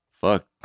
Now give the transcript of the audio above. Fuck